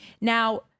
Now